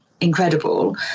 incredible